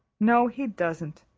no, he doesn't.